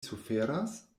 suferas